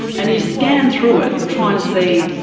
and you scan through it, trying to see,